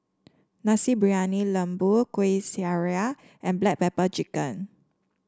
Nasi Briyani Lembu Kueh Syara and Black Pepper Chicken